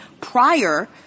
prior